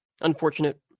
Unfortunate